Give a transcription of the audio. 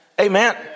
Amen